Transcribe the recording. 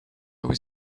was